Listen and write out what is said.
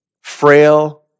frail